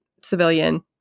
civilian